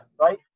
Right